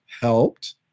helped